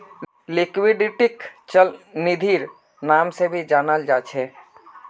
लिक्विडिटीक चल निधिर नाम से भी जाना जा छे